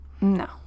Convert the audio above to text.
No